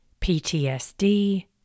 PTSD